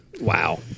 wow